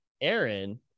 Aaron